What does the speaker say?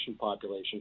population